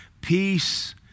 Peace